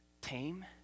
tame